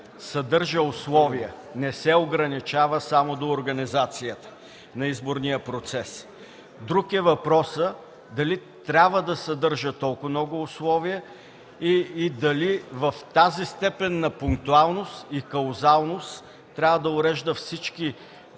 съдържа условия, не се ограничава само до организацията на изборния процес. Друг е въпросът дали трябва да съдържа толкова много условия и дали в тази степен на пунктуалност и каузалност трябва да урежда всички